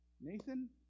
Nathan